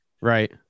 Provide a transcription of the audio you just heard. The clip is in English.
right